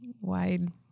wide